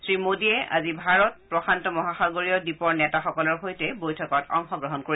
শ্ৰীমোডীয়ে আজি ভাৰত প্ৰশান্ত মহাসাগৰীয় দ্বীপৰ নেতাসকলৰ সৈতে বৈঠকত অংশগ্ৰহণ কৰিব